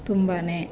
ತುಂಬನೇ